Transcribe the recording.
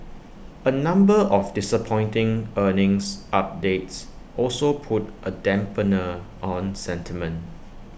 A number of disappointing earnings updates also put A dampener on sentiment